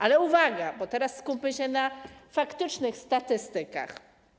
Ale uwaga, teraz skupmy się na faktycznych statystykach.